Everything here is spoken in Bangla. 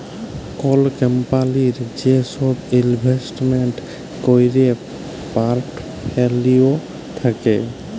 কল কম্পলির যে সব ইলভেস্টমেন্ট ক্যরের পর্টফোলিও থাক্যে